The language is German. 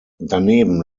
daneben